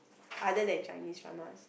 other than Chinese dramas